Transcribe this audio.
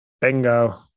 Bingo